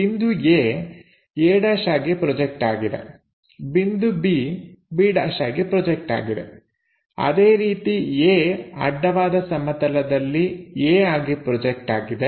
ಬಿಂದು A a' ಆಗಿ project ಆಗಿದೆ ಬಿಂದು B b' ಆಗಿ ಪ್ರೊಜೆಕ್ಟ್ ಆಗಿದೆ ಅದೇ ರೀತಿ A ಅಡ್ಡವಾದ ಸಮತಲದಲ್ಲಿ a ಆಗಿ ಪ್ರೊಜೆಕ್ಟ್ ಆಗಿದೆ